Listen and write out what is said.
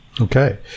Okay